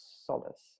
solace